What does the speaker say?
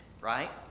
right